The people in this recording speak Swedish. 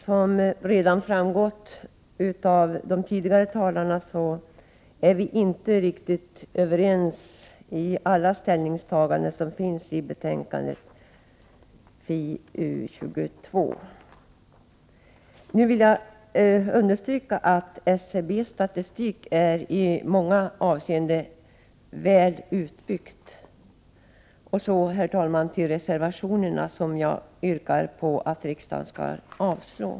Som redan framgått av de tidigare talarnas inlägg, är vi inte riktigt överensi alla ställningstaganden till de frågor som behandlas i betänkandet FiU22. Nu vill jag understryka att SCB:s statistik i många avseenden är väl utbyggd. Och så, herr talman, till reservationerna som jag yrkar på att riksdagen skall avslå.